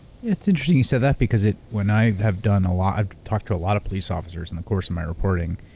it's interesting you say that, because when i have done a lot, i've talked to a lot of police officers in the course of my reporting,